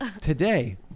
today